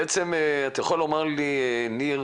בעצם אתה יכול לומר לי ניר,